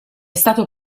stato